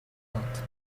pointe